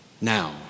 now